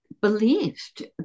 believed